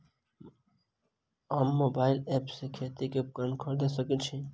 हम केँ mobile app सँ खेती केँ उपकरण खरीदै सकैत छी?